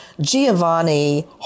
Giovanni